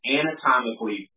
anatomically